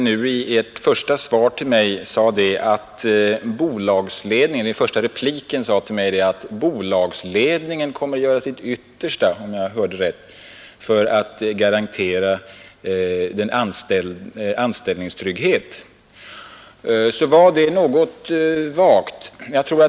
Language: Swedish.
nu i Er första replik till mig sade att bolagsledningen kommer att göra sitt yttersta — om jag hörde rätt — för att garantera anställningstrygghet, så var det något vagt.